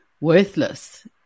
worthless